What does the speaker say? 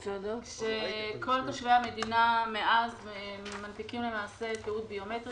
כשכל תושבי המדינה מאז מנפיקים תיעוד ביומטרי